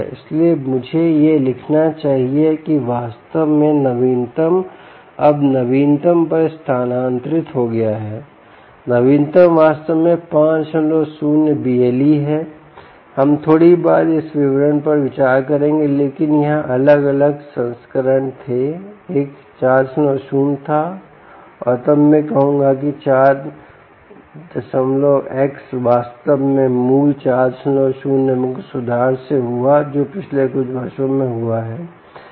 इसलिए मुझे यह लिखना चाहिए कि वास्तव में नवीनतम अब नवीनतम पर स्थानांतरित हो गया है नवीनतम वास्तव में 50 BLE है हम थोड़ी देर बाद इस विवरण पर विचार करेंगे लेकिन यहां अलग अलग संस्करण थे एक 40 था और तब मैं कहूंगा कि 4X वास्तव में मूल 40 में कुछ सुधार से हुआ जो पिछले कुछ वर्षों में हुआ है